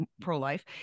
pro-life